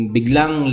Biglang